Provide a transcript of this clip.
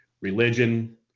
religion